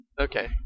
Okay